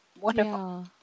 Wonderful